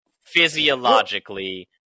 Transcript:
physiologically